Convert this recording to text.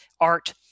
art